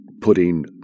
putting